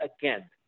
again